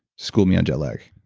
school me on jet lag